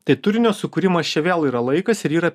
tai turinio sukūrimas čia vėl yra laikas ir yra